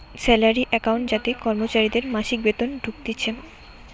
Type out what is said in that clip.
salary account যাতে কর্মচারীদের মাসিক বেতন ঢুকতিছে